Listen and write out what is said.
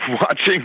watching